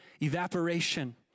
Evaporation